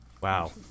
Wow